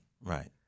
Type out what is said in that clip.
right